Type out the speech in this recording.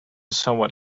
somewhat